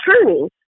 attorney's